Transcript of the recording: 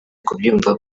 kubyumva